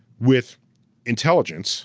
with intelligence